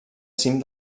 cim